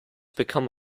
become